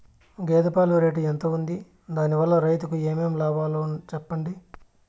గేదె పాలు రేటు ఎంత వుంది? దాని వల్ల రైతుకు ఏమేం లాభాలు సెప్పండి?